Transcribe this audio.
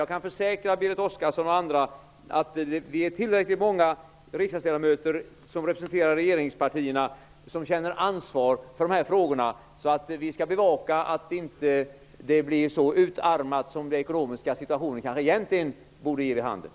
Jag kan försäkra Berit Oscarsson och andra att vi är tillräckligt många riksdagsledamöter som representerar regeringspartierna och som känner ansvar för folkbildningsfrågorna. Vi skall bevaka området och se till att folkbildningen inte blir så utarmad som den ekonomiska situationen kanske egentligen borde ge vid handen.